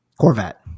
Corvette